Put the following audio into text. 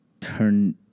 turn